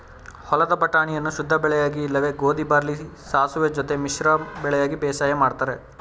ಹೊಲದ ಬಟಾಣಿಯನ್ನು ಶುದ್ಧಬೆಳೆಯಾಗಿ ಇಲ್ಲವೆ ಗೋಧಿ ಬಾರ್ಲಿ ಸಾಸುವೆ ಜೊತೆ ಮಿಶ್ರ ಬೆಳೆಯಾಗಿ ಬೇಸಾಯ ಮಾಡ್ತರೆ